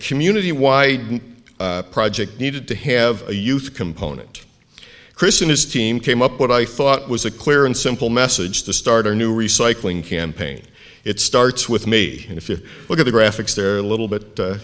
community wide project needed to have a youth component chris and his team came up what i thought was a clear and simple message to start a new recycling campaign it starts with me and if you look at the graphics they're a little bit